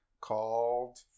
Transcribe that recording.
Called